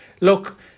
look